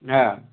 हं